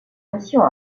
mission